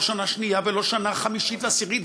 לא שנה שנייה ולא שנה חמישית או עשירית,